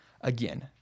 again